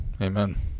Amen